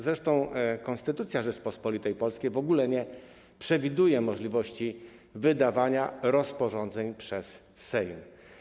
Zresztą Konstytucja Rzeczypospolitej Polskiej w ogóle nie przewiduje możliwości wydawania rozporządzeń przez Sejm.